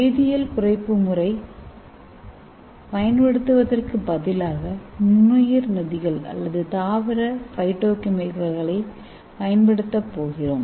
வேதியியல் குறைப்பு முறை பயன்படுத்துவதற்குப் பதிலாக நுண்ணுயிர் நொதிகள் அல்லது தாவர பைட்டோகெமிக்கல்களைப் பயன்படுத்தப்போகிறோம்